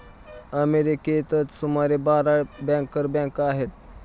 अमेरिकेतच सुमारे बारा बँकर बँका आहेत